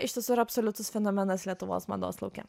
iš tiesų yra absoliutus fenomenas lietuvos mados lauke